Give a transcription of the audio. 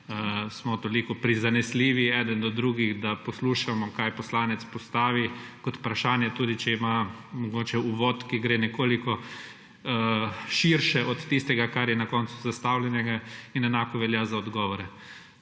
smo toliko prizanesljivi eden do drugih, da poslušamo, kaj poslanec postavi kot vprašanje, tudi če ima mogoče uvod, ki gre nekoliko širše od tistega, kar je na koncu zastavljeno. In enako velja za odgovore.